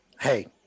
hey